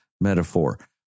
Metaphor